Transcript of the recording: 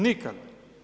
Nikada.